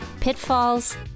pitfalls